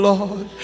Lord